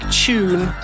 tune